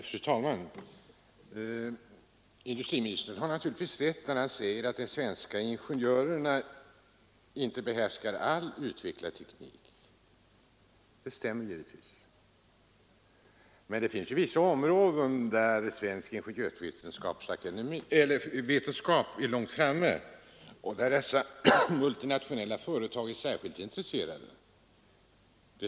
Fru talman! Industriministern har naturligtvis rätt när han säger att de svenska ingenjörerna inte behärskar all utvecklingsteknik. Men vi skall väl ändå vara på det klara med att det finns vissa områden där svensk ingenjörsvetenskap är långt framme och där dessa multinationella företag är särskilt intresserade.